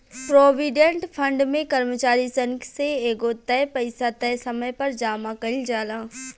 provident fund में कर्मचारी सन से एगो तय पइसा तय समय पर जामा कईल जाला